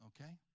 Okay